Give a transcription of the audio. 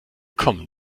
kommen